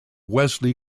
wesley